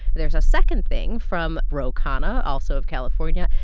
there's a second thing from ro khanna, also of california,